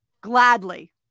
gladly